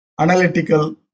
analytical